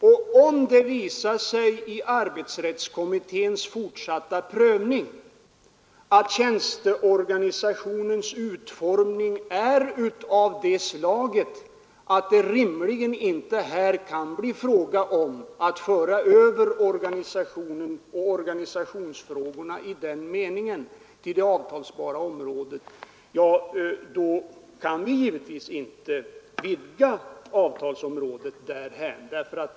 Och om det visar sig vid arbetsrättskommitténs fortsatta prövning att tjänsteorganisationens utformning är en sådan fråga som inte kan bli avtalsbar, då kan vi givetvis inte vidga avtalsområdet på det sätt herr Magnusson antyder.